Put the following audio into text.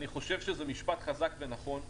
אני חושב שזה משפט חזק ונכון.